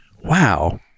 Wow